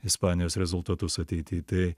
ispanijos rezultatus ateity tai